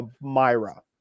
Myra